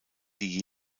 die